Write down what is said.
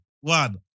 one